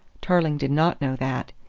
tarling did not know that.